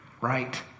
right